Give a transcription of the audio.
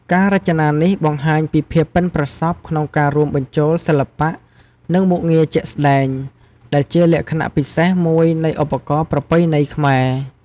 ការរចនានេះបង្ហាញពីភាពប៉ិនប្រសប់ក្នុងការរួមបញ្ចូលសិល្បៈ និងមុខងារជាក់ស្តែង ដែលជាលក្ខណៈពិសេសមួយនៃឧបករណ៍ប្រពៃណីខ្មែរ។